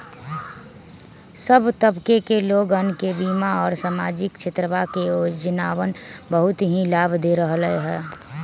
सब तबके के लोगन के बीमा और सामाजिक क्षेत्रवा के योजनावन बहुत ही लाभ दे रहले है